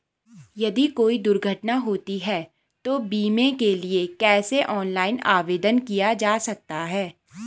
यदि कोई दुर्घटना होती है तो बीमे के लिए कैसे ऑनलाइन आवेदन किया जा सकता है?